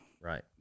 Right